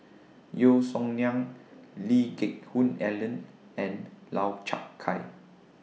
Yeo Song Nian Lee Geck Hoon Ellen and Lau Chiap Khai